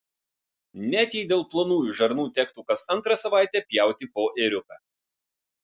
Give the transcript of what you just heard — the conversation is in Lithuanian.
net jei dėl plonųjų žarnų tektų kas antrą savaitę pjauti po ėriuką